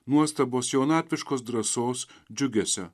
nuostabos jaunatviškos drąsos džiugesio